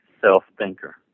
self-thinker